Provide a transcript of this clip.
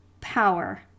Power